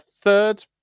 third